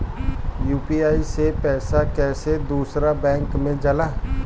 UPI से पैसा कैसे दूसरा बैंक मे जाला?